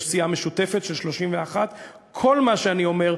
יש סיעה משותפת של 31. כל מה שאני אומר,